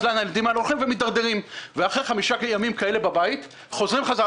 אז הילדים האלה הולכים ומידרדרים אחרי 5 ימים כאלה בבית חוזרים חזרה